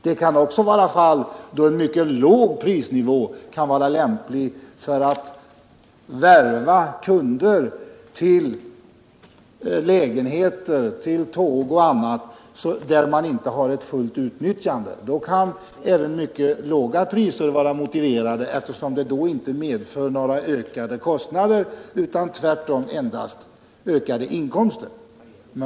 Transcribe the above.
Det kan finnas sådana fall där en mycket låg prisnivå kan vara lämplig, t.ex. för att värva kunder till lägenheter, tåg och annat där man inte har ett fullt utnyttjande av kapaciteten. Då kan även mycket låga priser vara motiverade, eftersom ett bättre utnyttjande inte medför några ökade kostnader utan endast ökade inkomster.